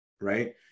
Right